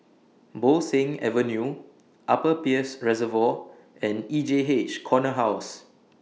Bo Seng Avenue Upper Peirce Reservoir and E J H Corner House